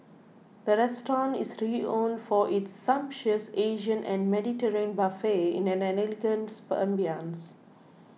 the restaurant is renowned for its sumptuous Asian and Mediterranean buffets in an elegant ambience